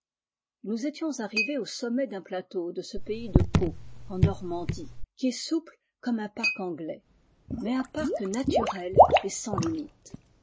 nous étions arrivés au sommet d'un plateau de ce pays de gaux en normandie qui est souple comme un parc anglais mais nn parc naturel et sans limites